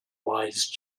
wise